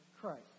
Christ